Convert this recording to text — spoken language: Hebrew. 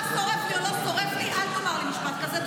מה שורף לי או לא שורף לי, אל תאמר לי משפט כזה.